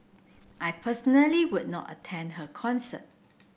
I personally would not attend her concert